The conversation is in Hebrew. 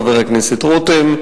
חבר הכנסת רותם,